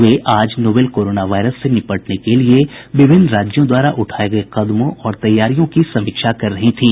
वे आज novel corona virus से निपटने के लिए विभिन्न राज्यों द्वारा उठाये गये कदमों और तैयारियों की समीक्षा कर रही थीं